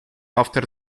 after